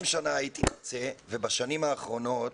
20 שנה הייתי מרצה ובשנים האחרונות